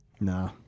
Nah